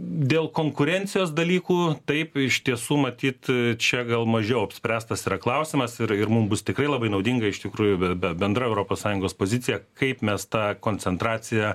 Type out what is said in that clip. dėl konkurencijos dalykų taip iš tiesų matyt čia gal mažiau apspręstas yra klausimas ir ir mums bus tikrai labai naudinga iš tikrųjų be bendra europos sąjungos pozicija kaip mes tą koncentraciją